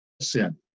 sin